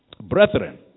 Brethren